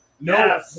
No